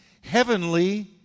heavenly